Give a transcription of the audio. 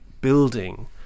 building